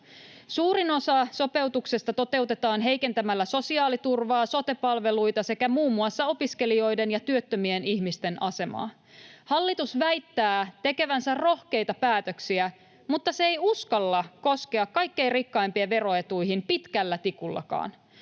Suurin osa sopeutuksesta toteutetaan heikentämällä sosiaaliturvaa, sote-palveluita sekä muun muassa opiskelijoiden ja työttömien ihmisten asemaa. Hallitus väittää tekevänsä rohkeita päätöksiä, mutta se ei uskalla koskea kaikkein rikkaimpien veroetuihin pitkällä tikullakaan.